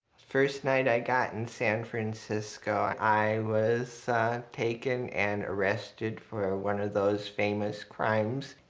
first night i got in san francisco, i was taken and arrested for one of those famous crimes,